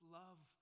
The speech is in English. love